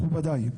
מכובדי,